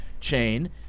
chain